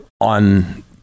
on